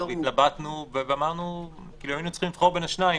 התלבטנו והיינו צריכים לבחור בין השניים.